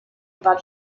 war